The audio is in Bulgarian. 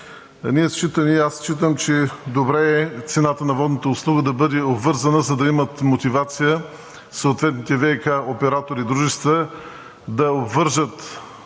Считам, че добре е цената на водната услуга да бъде обвързана, за да имат мотивация съответните ВиК оператори и дружества да обвържат